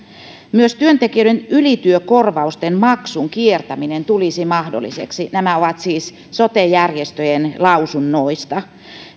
myös työntekijöiden ylityökorvausten maksun kiertäminen tulisi mahdolliseksi nämä ovat siis sote järjestöjen lausunnoista